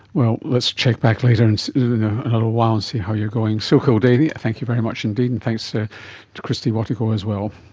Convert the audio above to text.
well, let's check back in a little while and see how you're going. sue kildea, thank you very much indeed, and thanks so to kristie watego as well.